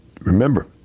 Remember